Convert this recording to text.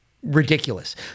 ridiculous